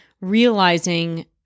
realizing